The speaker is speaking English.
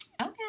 Okay